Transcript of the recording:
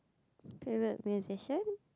you look means Asian